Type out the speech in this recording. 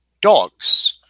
dogs